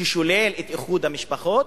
ששולל את איחוד המשפחות.